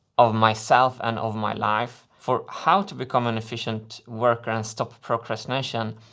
of myself and of my life, for how to become an efficient worker and stop procrastination.